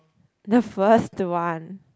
the first one